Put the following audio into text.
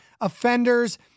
offenders